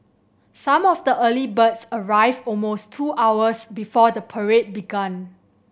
some of the early birds arrived almost two hours before the parade began